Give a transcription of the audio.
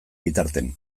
bitartean